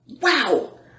Wow